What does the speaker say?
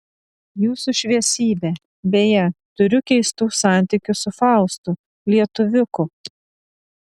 jūsų šviesybe beje turiu keistų santykių su faustu lietuviuku